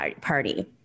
Party